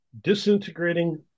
disintegrating